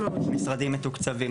המשרדים מתוקצבים,